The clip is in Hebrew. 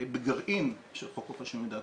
בגרעין של חוק חופש המידע,